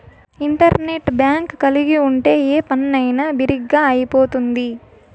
internet bank కలిగి ఉంటే ఏ పనైనా బిరిగ్గా అయిపోతుంది